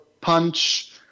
punch